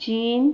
चीन